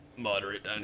Moderate